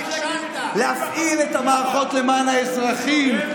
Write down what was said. להפעיל את המערכות למען האזרחים,